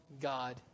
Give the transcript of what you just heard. God